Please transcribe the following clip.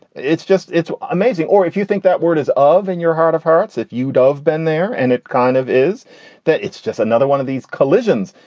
it's just it's amazing. amazing. or if you think that word is of in your heart of hearts if you'd of been there. and it kind of is that it's just another one of these collisions.